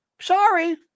Sorry